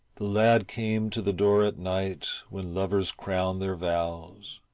the lad came to the door at night, when lovers crown their vows,